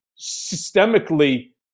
systemically